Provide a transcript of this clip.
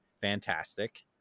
fantastic